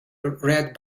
read